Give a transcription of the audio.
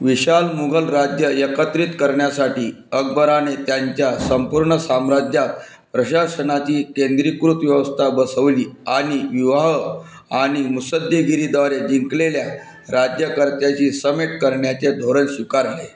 विशाल मुगल राज्य एकत्रित करण्यासाठी अकबराने त्यांच्या संपूर्ण साम्राज्यात प्रशासनाची केंद्रीकृत व्यवस्था बसवली आणि विवाह आणि मुत्सद्देगिरीद्वारे जिंकलेल्या राज्यकर्त्याशी समेट करण्याचे धोरण स्विकारले